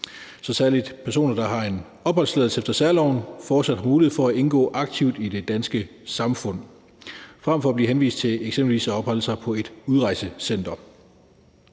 så særlig personer, der har en opholdstilladelse efter særloven, fortsat har mulighed for at indgå aktivt i det danske samfund frem for at blive henvist til eksempelvis at opholde sig på et udrejsecenter.